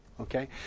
Okay